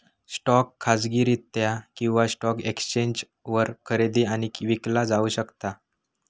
stock खाजगीरित्या किंवा stock एक्सचेंजवर खरेदी आणि विकला जाऊ शकता